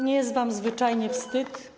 Nie jest wam zwyczajnie wstyd?